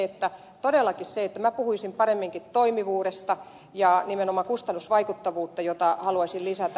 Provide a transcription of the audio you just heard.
todellakin minä puhuisin paremminkin toimivuudesta ja nimenomaan kustannusvaikuttavuutta haluaisin lisätä